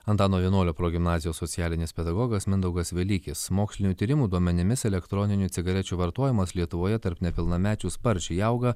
antano vienuolio progimnazijos socialinis pedagogas mindaugas velykis mokslinių tyrimų duomenimis elektroninių cigarečių vartojimas lietuvoje tarp nepilnamečių sparčiai auga